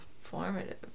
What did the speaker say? Formative